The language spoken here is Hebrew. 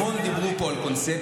דיברו פה המון על קונספציה,